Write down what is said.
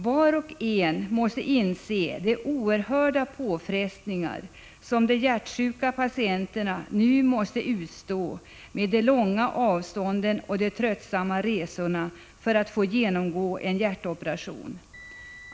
Var och en måste inse de oerhörda påfrestningar som de hjärtsjuka patienterna nu måste utstå i och med de långa avstånden och de tröttsamma resorna för att få genomgå en hjärtoperation.